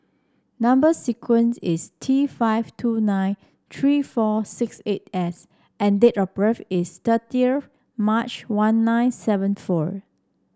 number sequence is T five two nine three four six eight S and date of birth is thirtieth March one nine seven four